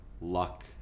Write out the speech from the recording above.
luck